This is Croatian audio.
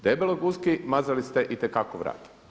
Debeloj guski mazali ste itekako vrat.